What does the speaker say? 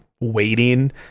waiting